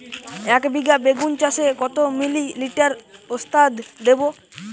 একবিঘা বেগুন চাষে কত মিলি লিটার ওস্তাদ দেবো?